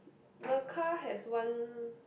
the car has one